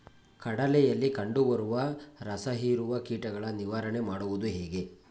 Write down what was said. ಕಡಲೆಯಲ್ಲಿ ಕಂಡುಬರುವ ರಸಹೀರುವ ಕೀಟಗಳ ನಿವಾರಣೆ ಮಾಡುವುದು ಹೇಗೆ?